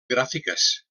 gràfiques